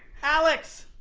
alex,